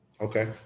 Okay